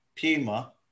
Puma